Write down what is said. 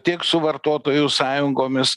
tiek su vartotojų sąjungomis